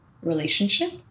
relationship